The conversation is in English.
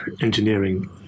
engineering